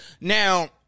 Now